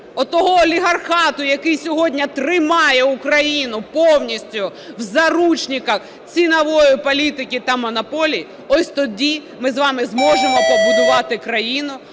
того олігархату, який сьогодні тримає Україну повністю в заручниках цінової політики та монополії, ось тоді ми з вами зможемо побудувати країну,